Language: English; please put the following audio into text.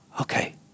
okay